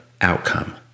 outcome